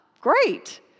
Great